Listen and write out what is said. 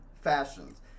fashions